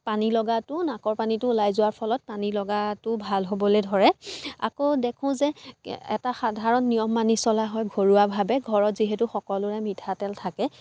পানী লগাটো নাকৰ পানীটো ওলাই যোৱাৰ ফলত পানী লগাটো ভাল হ'বলে ধৰে আকৌ দেখো যে এটা সাধাৰণ নিয়ম মানি চলা হয় ঘৰুৱাভাৱে ঘৰত যিহেতু সকলোৰে মিঠাতেল থাকে